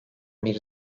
bir